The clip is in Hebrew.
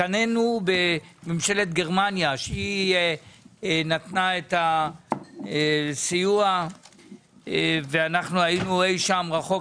התקנאנו בממשלת גרמניה שהיא נתנה את הסיוע ואנחנו היינו אי שם רחוק.